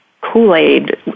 Kool-Aid